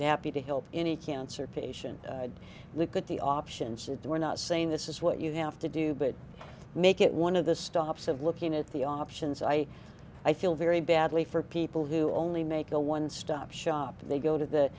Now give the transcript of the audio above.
happy to help any cancer patient look at the options if they were not saying this is what you have to do but make it one of the stops of looking at the options i i feel very badly for people who only make a one stop shop they go to th